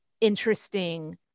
interesting